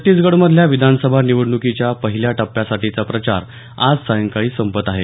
छत्तीसगढमध्ये विधानसभा निवडणूकीच्या पहील्या टप्प्यासाठीचा प्रचार आज सायंकाळी संपत आहे